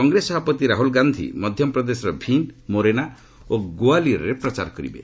କଂଗ୍ରେସ ସଭାପତି ରାହୁଳ ଗାନ୍ଧୀ ମଧ୍ୟପ୍ରଦେଶର ଭୀଷ୍ଟ ମୋରେନା ଓ ଗୋଆଲିୟରରେ ପ୍ରଚାର କରିବେ